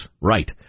right